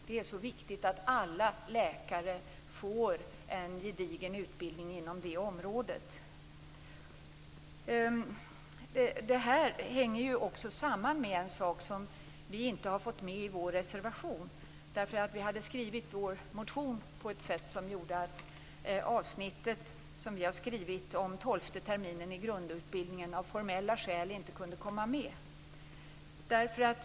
Det är viktigt att alla läkare får en gedigen utbildning inom det området. Detta hänger samman med en sak som vi inte har fått med i vår reservation. Vi hade skrivit vår motion på ett sätt som gjorde att avsnittet om tolfte terminen i grundutbildningen av formella skäl inte kunde komma med.